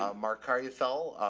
ah mark carr yeah fell,